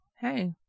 hey